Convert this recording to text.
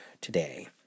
today